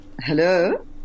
hello